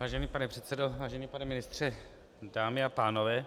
Vážený pane předsedo, vážený pane ministře, dámy a pánové,